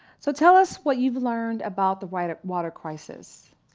so tell us what you've learned about the water water crisis.